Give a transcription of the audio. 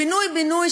פינוי-בינוי,